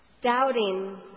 doubting